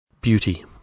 Beauty